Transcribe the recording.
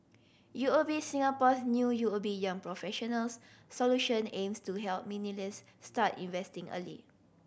U O B Singapore's new U O B Young Professionals Solution aims to help millennials start investing early